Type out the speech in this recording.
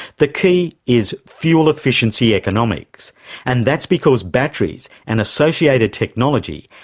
the key is fuel efficiency economics and that's because batteries, and associated technology,